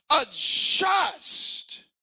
adjust